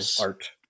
art